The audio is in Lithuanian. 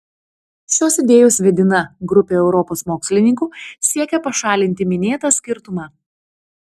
šios idėjos vedina grupė europos mokslininkų siekia pašalinti minėtą skirtumą